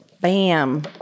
Bam